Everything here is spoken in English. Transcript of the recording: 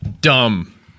Dumb